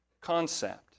concept